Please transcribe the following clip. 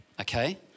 okay